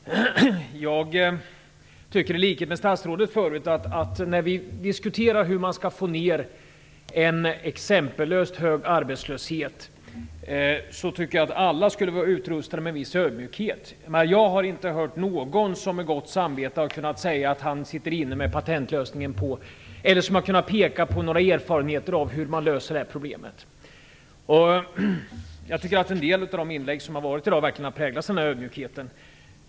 Herr talman! Jag tycker, i likhet med statsrådet, att när vi diskuterar hur vi skall få ner en exempellöst hög arbetslöshet borde alla vara utrustade med en viss ödmjukhet. Jag har inte hört någon som med gott samvete har kunnat säga att han sitter inne med patentlösningen eller har kunnat peka på några erfarenheter av hur man löser problemet. En del av inläggen i dag har verkligen präglats av den ödmjukheten.